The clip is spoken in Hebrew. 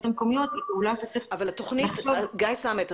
המקומיות היא פעולה שצריך לחשוב --- גיא סמט,